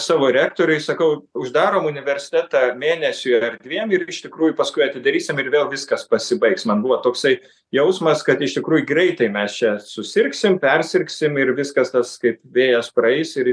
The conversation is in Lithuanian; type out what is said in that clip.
savo rektoriui sakau uždarom universitetą mėnesiui ar dviem ir iš tikrųjų paskui atidarysim ir vėl viskas pasibaigs man buvo toksai jausmas kad iš tikrųjų greitai mes čia susirgsim persirgsim ir viskas tas kaip vėjas praeis ir